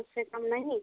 उससे कम नहीं